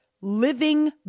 living